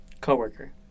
Coworker